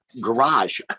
garage